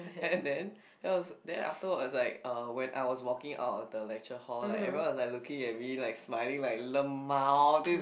and then that was then afterward was like uh when I was walking out of the lecture hall like everyone was looking at me like smiling like LMAO this